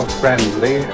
friendly